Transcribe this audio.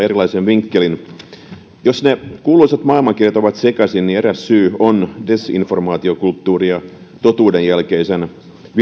erilaisen vinkkelin jos ne kuuluisat maailmankirjat ovat sekaisin eräs syy on disinformaatiokulttuuri ja totuudenjälkeisen